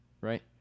right